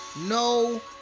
no